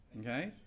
okay